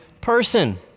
person